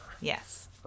yes